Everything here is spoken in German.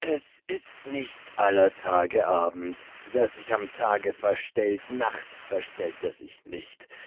es ist nicht aller tage abend wer sich am tage verstellt nachts verstellt er sich nicht